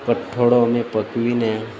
કઠોળો અમે પકવીને